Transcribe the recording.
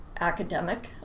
academic